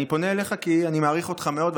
אני פונה אליך כי אני מעריך אותך מאוד,